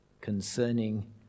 concerning